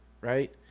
right